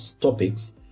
topics